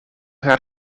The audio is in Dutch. gaat